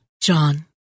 John